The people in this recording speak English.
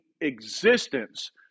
existence